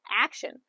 action